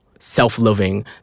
self-loving